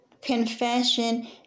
confession